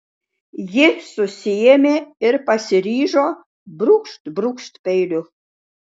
ji susiėmė ir pasiryžo brūkšt brūkšt peiliu